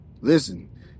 listen